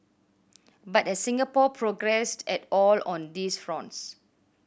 but has Singapore progressed at all on these fronts